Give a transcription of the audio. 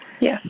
Yes